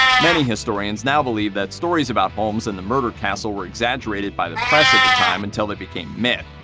many historians now believe that stories about holmes and the murder castle were exaggerated by the press at the time until they became myth.